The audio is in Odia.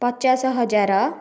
ପଚାଶ ହଜାର